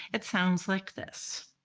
it sounds like this.